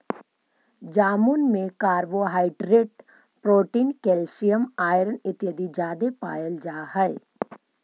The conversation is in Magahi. जामुन में कार्बोहाइड्रेट प्रोटीन कैल्शियम आयरन इत्यादि जादे पायल जा हई